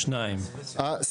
הצבעה בעד 4 נמנעים 2 אושר.